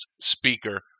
speaker